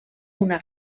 una